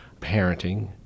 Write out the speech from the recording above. parenting